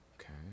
Okay